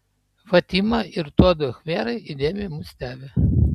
fatima ir tuodu khmerai įdėmiai mus stebi